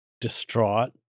distraught